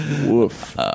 Woof